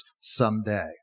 someday